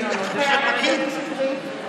אינו נוכח קטי קטרין שטרית,